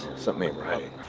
something ain't right.